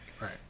right